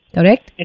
Correct